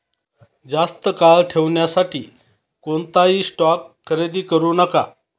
जास्त काळ ठेवण्यासाठी कोणताही स्टॉक खरेदी करू नका